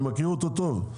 אני מכיר אותו טוב,